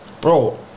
bro